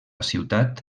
ciutat